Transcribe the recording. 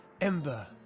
Ember